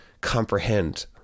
comprehend